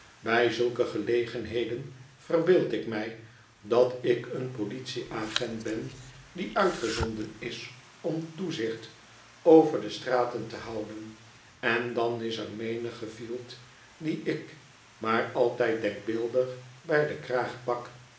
bij zulke gelegenheden verbeeld ik mij dat ik een politie-agent ben die uitgezonden is om toezicht over de straten te houden en dan is er menige fielt die ik maar altijd denkbeeldig bij den kraag pak